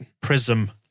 Prism